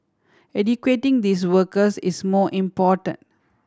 educating these workers is more important